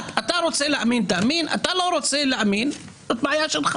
אבל זה טבעו של אדם.